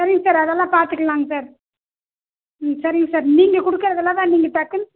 சரிங்க சார் அதல்லாம் பாத்துக்கலாங்க சார் ம் சரிங்க சார் நீங்கள் கொடுக்குறதுல தான் நீங்கள் டக்குனு